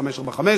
בעד,